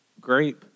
grape